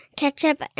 ketchup